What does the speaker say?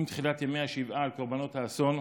עם תחילת ימי השבעה על קורבנות האסון,